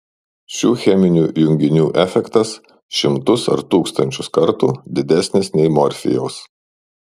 šių cheminių junginių efektas šimtus ar tūkstančius kartų didesnis nei morfijaus